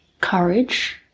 courage